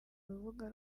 rubuga